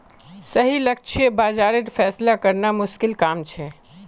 सही लक्ष्य बाज़ारेर फैसला करना मुश्किल काम छे